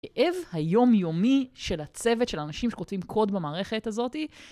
כאב היומיומי של הצוות, של האנשים שכותבים קוד במערכת הזאתי.